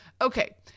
Okay